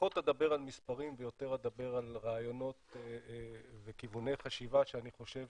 פחות אדבר על מספרים ויותר אדבר על רעיונות וכיווני חשיבה שאני חושב